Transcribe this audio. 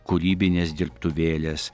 kūrybinės dirbtuvėlės